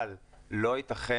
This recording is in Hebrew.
אבל לא ייתכן,